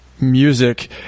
music